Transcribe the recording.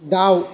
दाउ